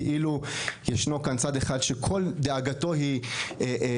כאילו ישנו כאן צד אחד שכל דאגתו היא לאנשים